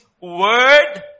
word